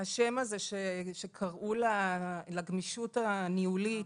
השם הזה שקראו לגמישות הניהולית,